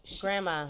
Grandma